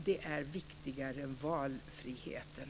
Det är viktigare än valfriheten.